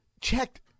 checked